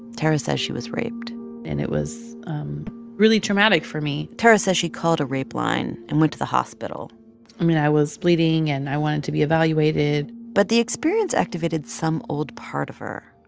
tarra says she was raped and it was really traumatic for me tarra says she called a rape line and went to the hospital i mean, i was bleeding, and i wanted to be evaluated but the experience activated some old part of her.